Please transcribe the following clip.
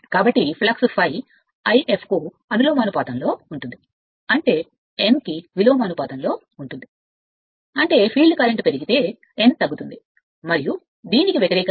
కాబట్టి ఫ్లక్స్ ∅ కు అనులోమానుపాతంలో ఉంటుంది అంటే n విలోమానుపాతంలో ఉంటుంది అంటే ఫీల్డ్ కరెంట్ పెరిగితే n తగ్గుతుంది మరియు దీనికి విరుద్ధంగా